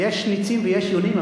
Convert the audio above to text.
יש נצים ויש יונים,